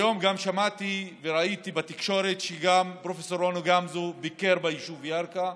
היום גם שמעתי וראיתי בתקשורת שגם פרופ' רוני גמזו ביקר ביישוב ירכא,